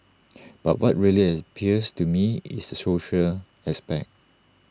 but what really appeals to me is the social aspect